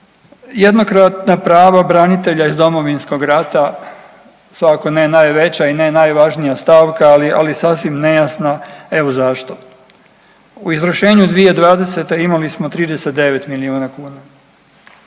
Jednokratna prava branitelja iz Domovinskog rata svakako ne najveća i ne najvažnija stavka, ali sasvim nejasno evo zašto. U izvršenju 2020. imali smo 39 milijuna kuna